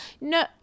No